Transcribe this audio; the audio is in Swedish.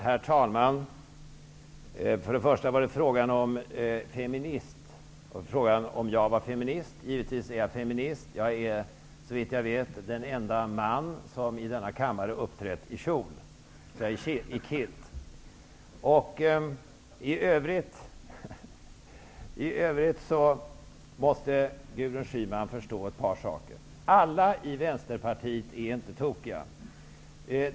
Herr talman! Gudrun Schyman frågade om jag är feminist. Givetvis är jag feminist. Jag är såvitt jag vet den ende man som i denna kammare uppträtt i kjol, i kilt. I övrigt måste Gudrun Schyman förstå ett par saker. Alla i Vänsterpartiet är inte tokiga.